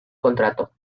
contrato